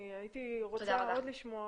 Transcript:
אני הייתי רוצה עוד לשמוע,